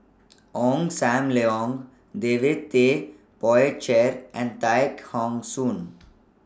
Ong SAM Leong David Tay Poey Cher and Tay Khong Soon